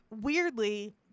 weirdly